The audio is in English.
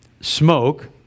smoke